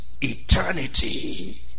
eternity